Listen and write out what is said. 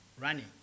running